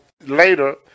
Later